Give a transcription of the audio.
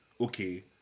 okay